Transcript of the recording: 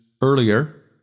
earlier